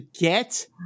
get